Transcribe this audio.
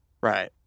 Right